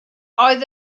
oedd